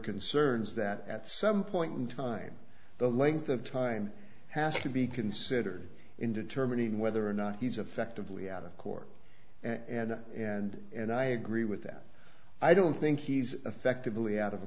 concerns that at some point in time the length of time has to be considered in determining whether or not he's effectively out of court and and and i agree with that i don't think he's effectively out of